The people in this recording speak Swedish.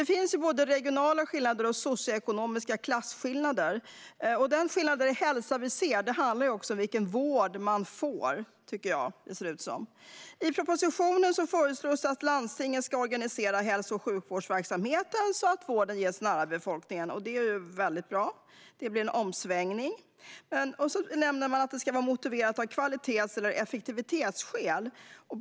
Det finns både regionala skillnader och socioekonomiska klasskillnader. De skillnader i hälsa vi ser handlar om vilken vård man vård man får, tycker jag det ser ut om. I propositionen föreslås att landstinget ska organisera hälso och sjukvårdsverksamheten så att vården ges nära befolkningen. Det är väldigt bra. Det blir en omsvängning. Man nämner att det ska vara motiverat av kvalitets eller effektivitetsskäl.